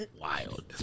Wild